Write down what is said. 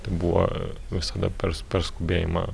tai buvo visada pers per skubėjimą